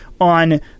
on